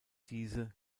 diese